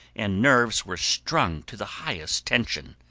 and nerves were strung to the highest tension.